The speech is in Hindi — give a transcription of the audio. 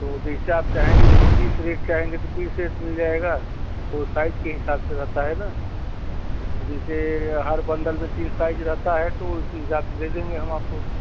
तो जैसा आप चाहेंगे जैसे पीस रेट चाहेंगे तो पीस रेट मिल जाएगा वह साइज़ के हिसाब से रहता है ना तो जैसे हर बंडल में तीन साइज रहता है तो उसी हिसाब से दे देंगे हम आपको